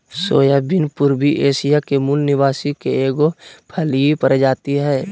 soybean पूर्वी Asia के मूल निवासी के एगो फलिय प्रजाति हइ